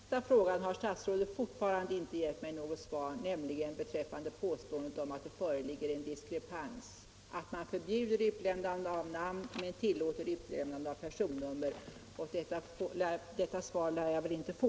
Herr talman! På den sista frågan har statsrådet fortfarande inte gett mig något svar. Det gäller påståendet om att det föreligger en diskrepans när man förbjuder utlämnande av namn men tillåter utlämnande av personnummer. Ett svar på detta lär jag väl inte få.